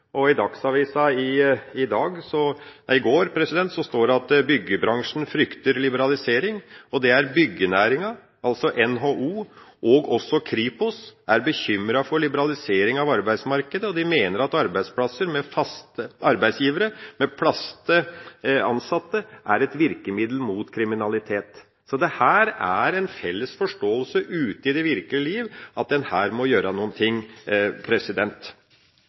I Dagsavisen i går sto det at byggebransjen frykter liberalisering. Byggenæringa, altså NHO, og også Kripos, er «bekymret for liberaliseringen av arbeidsmarkedet». De mener at «arbeidsplasser med fast ansatte er et virkemiddel mot kriminalitet». Det er en felles forståelse ute i det virkelige liv at en her må gjøre